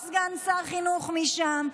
עוד סגן שר חינוך משם,